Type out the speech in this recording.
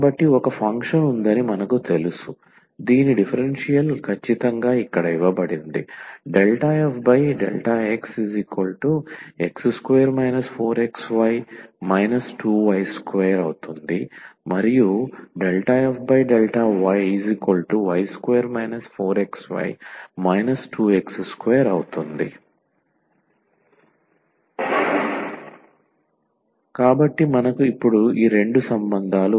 కాబట్టి ఒక ఫంక్షన్ ఉందని మనకు తెలుసు దీని డిఫరెన్షియల్ ఖచ్చితంగా ఇక్కడ ఇవ్వబడింది ∂f∂xx2 4xy 2y2 ∂f∂yy2 4xy 2x2 కాబట్టి మనకు ఇప్పుడు ఈ రెండు సంబంధాలు ఉన్నాయి